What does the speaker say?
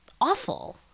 awful